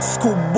School